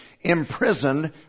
imprisoned